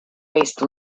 waste